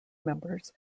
members